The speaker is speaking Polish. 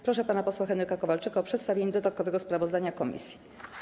Proszę pana posła Henryka Kowalczyka o przedstawienie dodatkowego sprawozdania komisji.